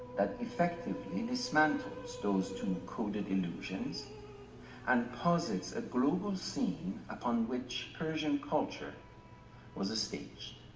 that effectively dismantles those two coded illusions and posits a global scene upon which persian culture was a staged.